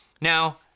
Now